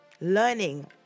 Learning